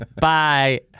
Bye